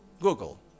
Google